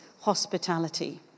hospitality